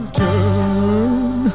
turn